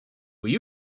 will